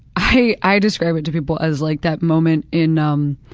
i i describe it to people as like that moment in um